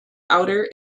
outer